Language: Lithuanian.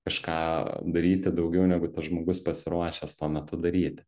kažką daryti daugiau negu tas žmogus pasiruošęs tuo metu daryti